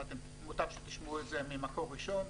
ומוטב שתשמעו את זה ממקור ראשון,